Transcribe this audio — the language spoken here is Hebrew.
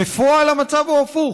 בפועל המצב הוא הפוך,